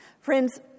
Friends